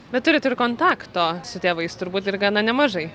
bet turit ir kontakto su tėvais turbūt ir gana nemažai